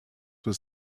was